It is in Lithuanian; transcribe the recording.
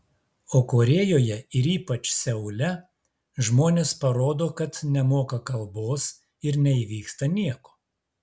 o korėjoje ir ypač seule žmonės parodo kad nemoka kalbos ir neįvyksta nieko